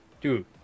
dude